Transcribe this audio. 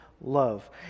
love